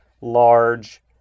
large